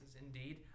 Indeed